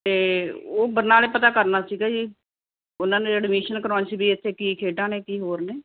ਅਤੇ ਉਹ ਬਰਨਾਲੇ ਪਤਾ ਕਰਨਾ ਸੀਗਾ ਜੀ ਉਹਨਾਂ ਨੇ ਐਡਮਿਸ਼ਨ ਕਰਵਾਉਣੀ ਸੀ ਵੀ ਇੱਥੇ ਕੀ ਖੇਡਾਂ ਨੇ ਕੀ ਹੋਰ ਨੇ